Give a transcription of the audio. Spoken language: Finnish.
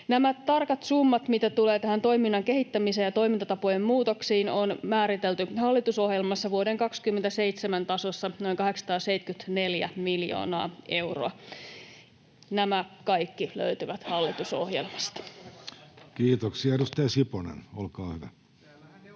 Nämä tarkat summat, mitä tulee tähän toiminnan kehittämiseen ja toimintatapojen muutoksiin, on määritelty hallitusohjelmassa: vuoden 27 tasossa noin 874 miljoonaa euroa. Nämä kaikki löytyvät hallitusohjelmasta. [Speech 135] Speaker: